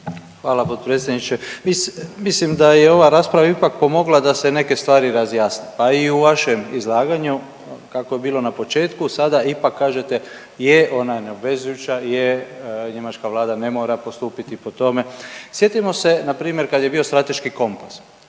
Hvala potpredsjedniče. Mislim, mislim da je ova rasprava ipak pomogla da se neke stvari razjasne, pa i u vašem izlaganju kako je bilo na početku sada ipak kažete je ona je neobvezujuća, je njemačka vlada ne mora postupiti po tome. Sjetimo se npr. kad je bio strateški kompas,